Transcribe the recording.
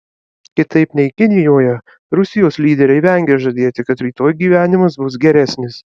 kitaip nei kinijoje rusijos lyderiai vengia žadėti kad rytoj gyvenimas bus geresnis